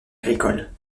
agricoles